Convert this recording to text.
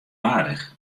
aardich